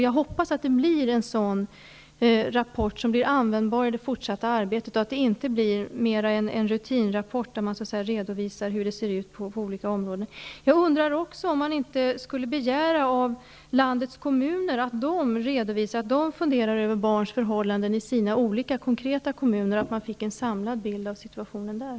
Jag hoppas att det blir en rapport som blir användbar i det fortsatta arbetet och inte en rutinrapport, där man så att säga redovisar hur det ser ut på olika områden. Jag undrar också om man inte borde begära av landets kommuner att de funderar över barns förhållanden så att vi på det sättet får en samlad bild av situationen där.